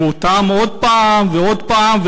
והעבירו אותם עוד פעם ועוד פעם,